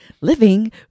living